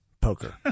poker